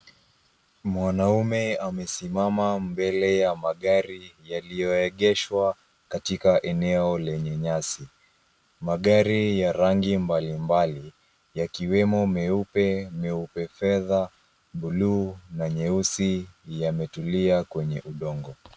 Mwanaume amesimama mbele ya magari yaliyoegeshwa katika eneo lenye nyasi. Magari ya rangi mbalimbali, yakiwemo meupe, meupe fedha, buluu na nyeusi yametulia kwenye udongo.